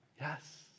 Yes